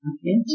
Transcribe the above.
Okay